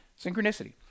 synchronicity